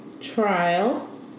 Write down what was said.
trial